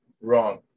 wrong